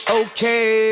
okay